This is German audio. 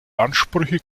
ansprüche